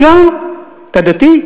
גם, אתה דתי?